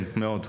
כן, מאוד.